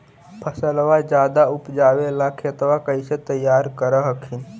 फसलबा ज्यादा उपजाबे ला खेतबा कैसे तैयार कर हखिन?